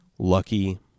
Lucky